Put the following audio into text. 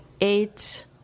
eight